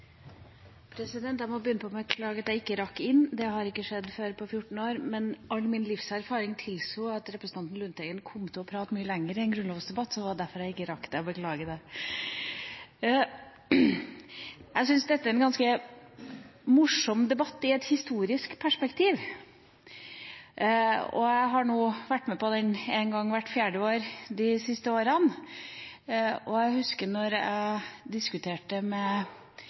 har ikke skjedd på 14 år – men all min livserfaring tilsa at representanten Lundteigen kom til å prate mye lenger i en grunnlovsdebatt. Det var derfor jeg ikke rakk det, og jeg beklager det. Jeg syns dette er en ganske morsom debatt – i et historisk perspektiv. Jeg har vært med på den én gang hvert fjerde år de siste årene. Jeg husker da jeg diskuterte med